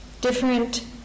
different